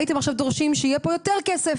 הייתם עכשיו דורשים שיהיה פה יותר כסף,